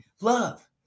Love